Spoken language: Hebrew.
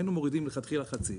היינו מורידים מלכתחילה חצי,